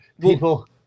people